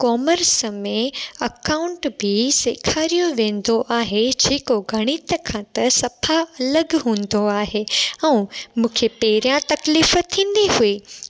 commerce में account बि सेखारियो वेंदो आहे जेको गणित खां त सफ़ा अलॻि हूंदो आहे ऐं मूंखे पहिरियां तकलीफ़ु थींदी हुई